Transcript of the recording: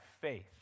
faith